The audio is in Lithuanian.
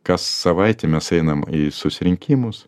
kas savaitę mes einam į susirinkimus